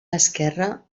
esquerre